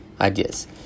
ideas